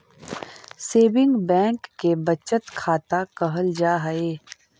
saving bank के बचत खाता कहल जा हइ